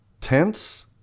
Tense